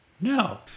No